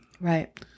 Right